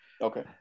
Okay